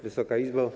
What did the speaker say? Wysoka Izbo!